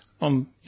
on